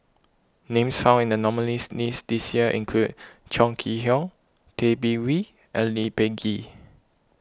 names found in the nominees' list this year include Chong Kee Hiong Tay Bin Wee and Lee Peh Gee